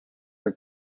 are